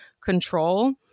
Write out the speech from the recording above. control